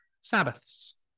sabbaths